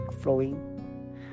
flowing